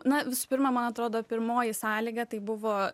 na visų pirma man atrodo pirmoji sąlyga tai buvo